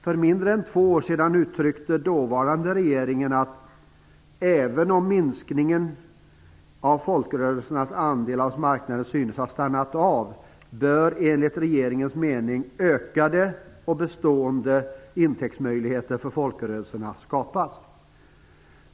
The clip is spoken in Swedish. För mindre än två år sedan uttryckte den dåvarande regeringen att "även om minskningen av folkrörelsernas andel av marknaden synes ha stannat av bör enligt regeringens mening ökade och bestående intäktsmöjligheter för folkrörelserna skapas".